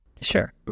Sure